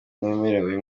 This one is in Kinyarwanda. merewe